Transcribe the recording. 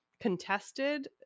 contested